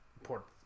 important